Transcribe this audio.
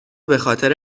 بخاطر